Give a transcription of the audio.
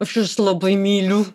aš jus labai myliu